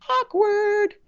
Awkward